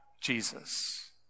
Jesus